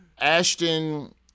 Ashton